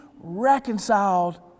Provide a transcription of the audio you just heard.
reconciled